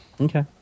okay